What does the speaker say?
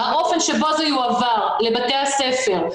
והאופן שבו זה יועבר לבתי הספר,